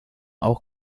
auch